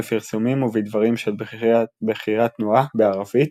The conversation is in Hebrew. בפרסומים ובדברים של בכירי התנועה בערבית